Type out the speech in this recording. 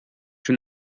czy